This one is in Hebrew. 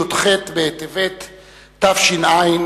י"ח בטבת תש"ע,